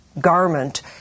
garment